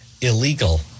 illegal